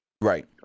Right